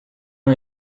uma